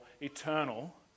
eternal